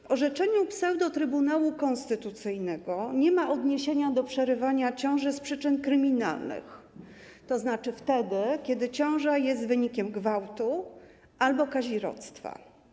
W orzeczeniu pseudo - Trybunału Konstytucyjnego nie ma odniesienia do przerywania ciąży z przyczyn kryminalnych, tzn. wtedy, kiedy ciąża jest wynikiem gwałtu albo kazirodztwa.